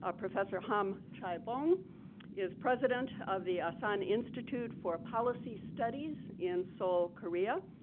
ah professor hahm chaibong is president of the asan institute for policy studies in seoul, korea.